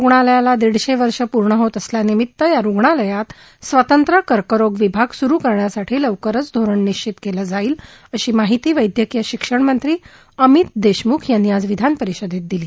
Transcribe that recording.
रुग्णालयाला दीडशे वर्ष पूर्ण होत असल्यानिमित या रुग्णालयात स्वतंत्र कर्करोग विभाग सुरू करण्यासाठी लवकरच धोरण निश्चित केलं जाईल अशी माहिती वैदयकीय शिक्षण मंत्री अमित देशमुख यांनी आज विधानपरिषदेत दिली